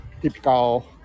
typical